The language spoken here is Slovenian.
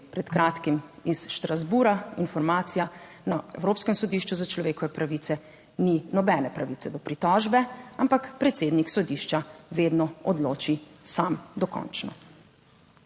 pred kratkim iz Strasbourga, informacija na Evropskem sodišču za človekove pravice ni nobene pravice do pritožbe, ampak predsednik sodišča vedno odloči sam dokončno.